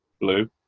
Blue